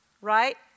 Right